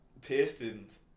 Pistons